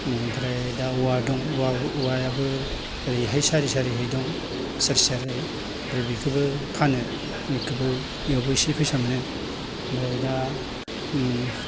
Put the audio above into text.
ओमफ्राय दा औवा दं औवा औवायाबो ओरैहाय सारि सारियै दं सेर सेर है ओमफ्राय बिखोबो फानो एखोबो इयावबो एसे फैसा मोनो ओमफ्राय दा ओम